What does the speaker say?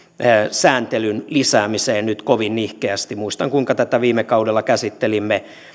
sääntelyn lisäämiseen nyt kovin nihkeästi muistan kuinka tätä viime kaudella käsittelimme